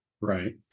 Right